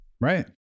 Right